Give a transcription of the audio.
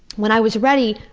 when i was ready,